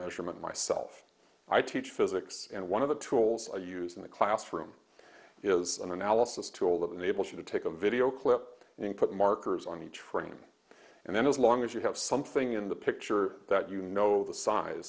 measurement myself i teach physics and one of the tools i use in the classroom is an analysis tool that enables you to take a video clip and put markers on the training and then as long as you have something in the picture that you know the size